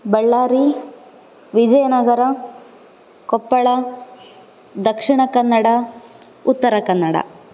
Ballari Vijayanagara Koppal Dakshina Kannada Uttara Kannada